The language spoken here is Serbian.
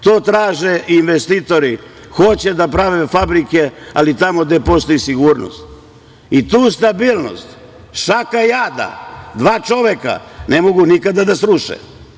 To traže investitori, hoće da prave fabrike, ali tamo gde postoji sigurnost i tu stabilnost, šaka jada, dva čoveka, ne mogu nikada da sruše.